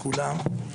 כולם,